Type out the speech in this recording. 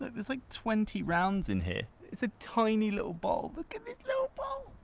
there's like twenty rounds in here. it's a tiny little bottle. look at this little bottle!